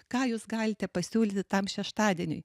ką jūs galite pasiūlyti tam šeštadieniui